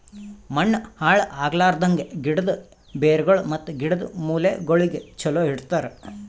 ಮಣ್ಣ ಹಾಳ್ ಆಗ್ಲಾರ್ದಂಗ್, ಗಿಡದ್ ಬೇರಗೊಳ್ ಮತ್ತ ಗಿಡದ್ ಮೂಲೆಗೊಳಿಗ್ ಚಲೋ ಇಡತರ್